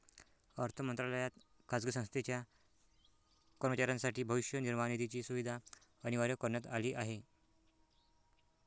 अर्थ मंत्रालयात खाजगी संस्थेच्या कर्मचाऱ्यांसाठी भविष्य निर्वाह निधीची सुविधा अनिवार्य करण्यात आली आहे